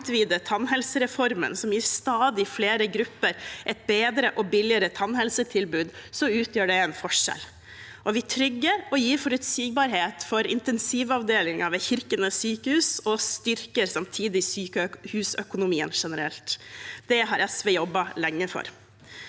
å utvide tannhelsereformen som gir stadig flere grupper et bedre og billigere tannhelsetilbud, utgjør det en forskjell. Vi trygger og gir forutsigbarhet for intensivavdelingen ved Kirkenes sykehus og styrker samtidig sykehusøkonomien generelt. Det har SV jobbet lenge for.